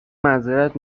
معذرت